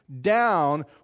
down